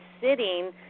sitting –